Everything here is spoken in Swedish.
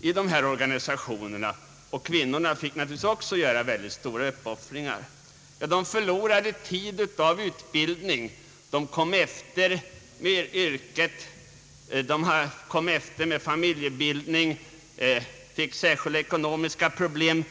dessa organisationer — kvinnorna fick naturligtvis också göra stora uppoffringar? De förlorade utbildningstid, kom efter i sitt yrke, kom efter med familjebildning, fick särskilda ekonomiska problem.